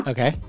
Okay